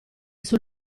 sul